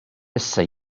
issa